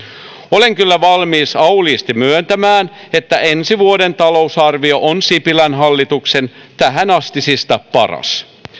olen kyllä valmis auliisti myöntämään että ensi vuoden talousarvio on sipilän hallituksen tähänastisista paras